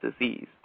disease